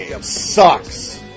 sucks